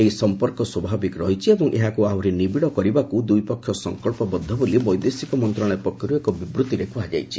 ଏହି ସମ୍ପର୍କ ସ୍ପଭାବିକ ରହିଛି ଏବଂ ଏହାକୁ ଆହୁରି ନିବିଡ଼ କରିବାକୁ ଦୁଇପକ୍ଷ ସଂକଳ୍ପବଦ୍ଧ ବୋଲି ବୈଦେଶିକ ମନ୍ତ୍ରଶାଳୟ ପକ୍ଷରୁ ଏକ ବିବୃତ୍ତିରେ କୁହାଯାଇଛି